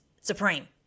supreme